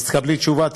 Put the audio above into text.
אז תקבלי תשובה.